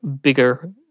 bigger